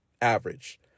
average